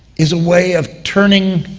is a way of turning